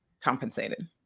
compensated